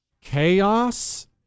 chaos